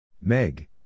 Meg